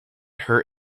her